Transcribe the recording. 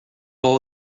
all